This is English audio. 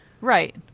Right